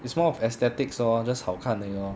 it's more of aesthetics lor just 好看而已 lor